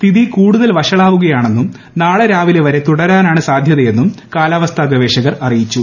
സ്ഥിതി കൂടുതൽ വഷളാവുകയാണെന്നും നാളെ രാവിലെ വരെ തുടരാനാണ് സാധ്യതയെന്നും കാലാവസ്ഥാ ഗവേഷകർ അറിയിച്ചു